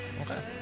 Okay